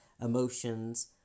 emotions